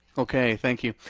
okay, thank you.